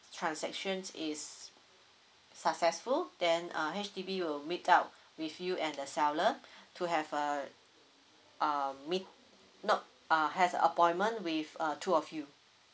transaction is successful then uh H_D_B will meet up with you and the seller to have uh uh meet no uh has appointment with uh two of you